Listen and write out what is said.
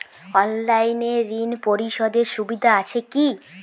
অনলাইনে ঋণ পরিশধের সুবিধা আছে কি?